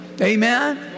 amen